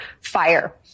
fire